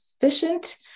efficient